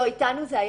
לא איתנו.